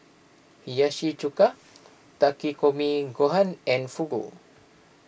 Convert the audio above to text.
Hiyashi Chuka Takikomi Gohan and Fugu